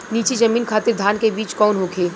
नीची जमीन खातिर धान के बीज कौन होखे?